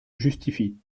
justifie